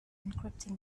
encrypting